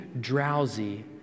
drowsy